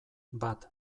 bat